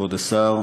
כבוד השר,